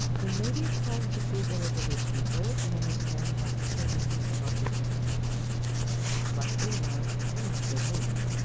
then maybe it's time to dig a little bit deeper, and understand what's so unique about this succulent plants what they love and what they hate.